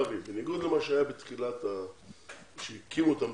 בניגוד למה שהיה כשהקימו את המדינה,